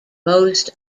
most